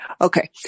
Okay